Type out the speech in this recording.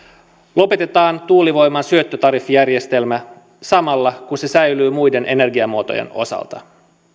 lopetetaan tuulivoiman syöttötariffijärjestelmä samalla kun se säilyy muiden energiamuotojen osalta